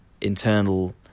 internal